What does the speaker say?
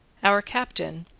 our captain,